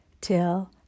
till